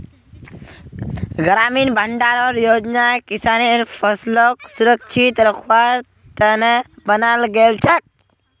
ग्रामीण भंडारण योजना किसानेर फसलक सुरक्षित रखवार त न बनाल गेल छेक